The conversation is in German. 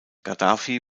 gaddafi